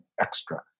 extra